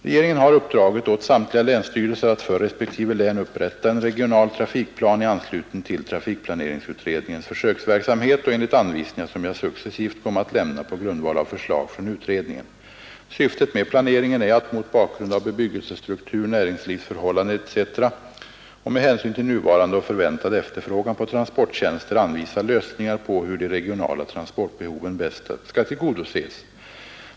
Regeringen har uppdragit åt samtliga länsstyrelser att för respektive län upprätta en regional trafikplan i anslutning till trafikplaneringsutredningens försöksverksamhet och enligt anvisningar som jag successivt kommer att lämna på grundval av förslag från utredningen. Syftet med planeringen är att mot bakgrund av bebyggelsestruktur, näringslivsförhållanden etc. och med hänsyn till nuvarande och förväntad efterfrågan på transporttjänster anvisa lösningar på hur de regionala transportbehoven bäst skall tillgodoses.